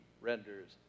renders